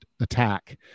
attack